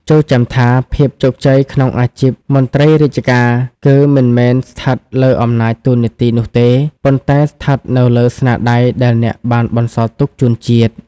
ចូរចាំថា ភាពជោគជ័យក្នុងអាជីពមន្ត្រីរាជការ គឺមិនមែនស្ថិតលើអំណាចតួនាទីនោះទេ ប៉ុន្តែស្ថិតលើស្នាដៃដែលអ្នកបានបន្សល់ទុកជូនជាតិ។